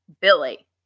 Billy